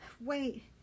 Wait